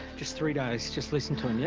just three days. just listen to him, yeah?